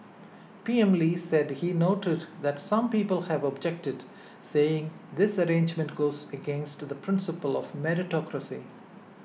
P M Lee said he noted that some people have objected saying this arrangement goes against the principle of meritocracy